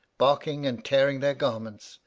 barking, and tearing their garments,